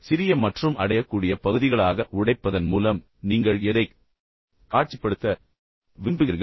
சிறிய மற்றும் அடையக்கூடிய பகுதிகளாக உடைப்பதன் மூலம் நீங்கள் எதைக் காட்சிப்படுத்த விரும்புகிறீர்கள்